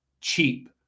cheap